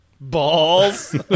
Balls